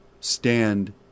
stand